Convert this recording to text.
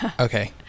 Okay